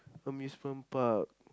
amusement park